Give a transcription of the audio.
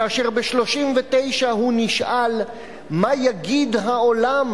כאשר הוא נשאל ב-1939 מה יגיד העולם